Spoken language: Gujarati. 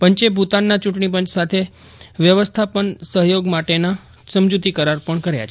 પંચે ભુતાનના ચૂંટણીપંચ સાથે વ્યવસ્થાપન સહયોગ માટેના સમજૂતિ કરાર પણ કર્યા છે